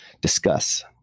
discuss